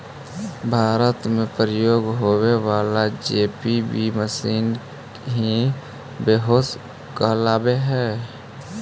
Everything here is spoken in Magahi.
भारत में प्रयोग होवे वाला जे.सी.बी मशीन ही बेक्हो कहलावऽ हई